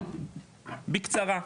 בקצרה,